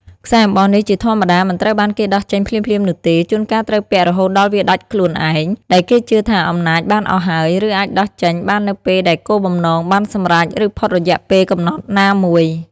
ខ្សែអំបោះនេះជាធម្មតាមិនត្រូវបានគេដោះចេញភ្លាមៗនោះទេ ជួនកាលត្រូវពាក់រហូតដល់វាដាច់ខ្លួនឯង ដែលគេជឿថាអំណាចបានអស់ហើយ ឬអាចដោះចេញបាននៅពេលដែលគោលបំណងបានសម្រេច ឬផុតរយៈពេលកំណត់ណាមួយ។